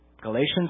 Galatians